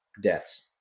deaths